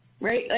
right